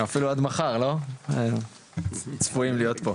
אפילו עד מחר צפויים להיות פה.